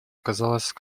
оказалась